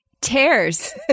Tears